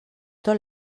tot